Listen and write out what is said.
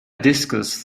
discus